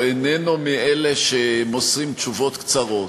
הוא איננו מאלה שמוסרים תשובות קצרות.